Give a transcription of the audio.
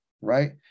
right